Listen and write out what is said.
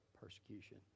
persecution